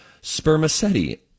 spermaceti